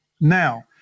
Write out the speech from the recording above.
now